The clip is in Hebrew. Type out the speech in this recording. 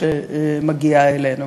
שמגיעה אלינו?